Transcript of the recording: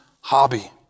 hobby